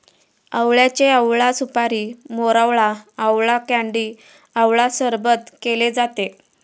आवळ्याचे आवळा सुपारी, मोरावळा, आवळा कँडी आवळा सरबत केले जाते